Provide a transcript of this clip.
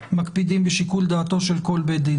מקפידים בשיקול דעתו של כל בית דין.